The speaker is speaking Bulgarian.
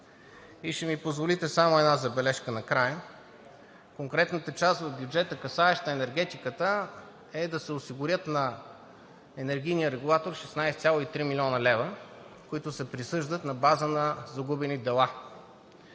И ще ми позволите само една забележка накрая. Конкретната част в бюджета, касаеща енергетиката, е да се осигурят на енергийния регулатор 16,3 млн. лв., които се присъждат на база на загубени дела.